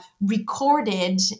recorded